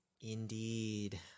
Indeed